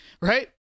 right